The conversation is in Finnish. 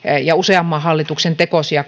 ja useamman hallituksen tekosia